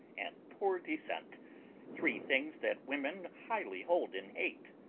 and poor descent three things that women highly hold in hate.